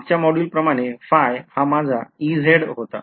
मागच्या module प्रमाणे हा माझा होता